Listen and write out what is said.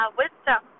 wisdom